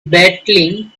battling